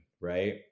right